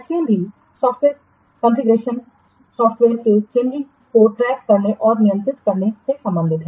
SCM भी software configuration management software के changes को ट्रैक करने और नियंत्रित करने से संबंधित है